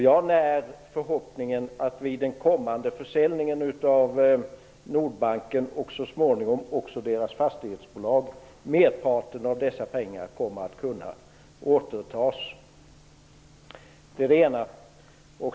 Jag när förhoppningen att vid den kommande försäljningen av Nordbanken och så småningom också av fastighetsbolaget skall merparten av dessa pengar kunna återtas.